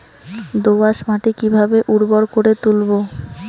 দোয়াস মাটি কিভাবে উর্বর করে তুলবো?